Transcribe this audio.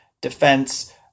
defense